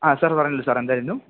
ആ സാർ പറഞ്ഞുകൊള്ളൂ സാര് എന്തായിരുന്നു